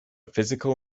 physical